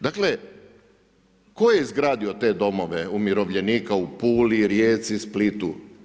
Dakle tko je izgradio te domove umirovljenika u Puli, Rijeci, Splitu?